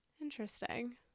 interesting